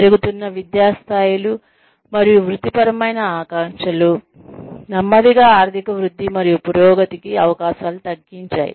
పెరుగుతున్న విద్యా స్థాయిలు మరియు వృత్తిపరమైన ఆకాంక్షలు నెమ్మదిగా ఆర్థిక వృద్ధి మరియు పురోగతికి అవకాశాలను తగ్గించాయి